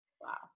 wow